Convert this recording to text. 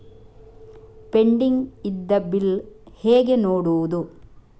Pending ಇದ್ದ bill ಹೇಗೆ ನೋಡುವುದು?